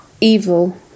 evil